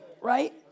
Right